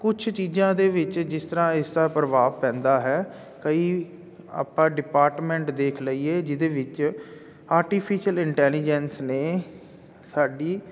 ਕੁਛ ਚੀਜ਼ਾਂ ਦੇ ਵਿੱਚ ਜਿਸ ਤਰ੍ਹਾਂ ਇਸ ਦਾ ਪ੍ਰਭਾਵ ਪੈਂਦਾ ਹੈ ਕਈ ਆਪਾਂ ਡਿਪਾਰਟਮੈਂਟ ਦੇਖ ਲਈਏ ਜਿਹਦੇ ਵਿੱਚ ਆਰਟੀਫਿਸ਼ਅਲ ਇੰਟੈਲੀਜੈਂਸ ਨੇ ਸਾਡੀ